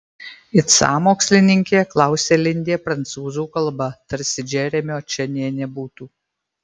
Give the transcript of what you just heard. it sąmokslininkė klausia lindė prancūzų kalba tarsi džeremio čia nė nebūtų